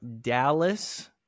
Dallas